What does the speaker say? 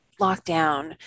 lockdown